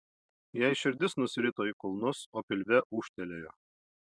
jai širdis nusirito į kulnus o pilve ūžtelėjo